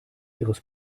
ihres